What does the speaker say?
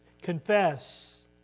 confess